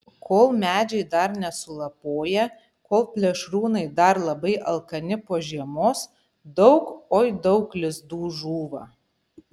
kol medžiai dar nesulapoję kol plėšrūnai dar labai alkani po žiemos daug oi daug lizdų žūva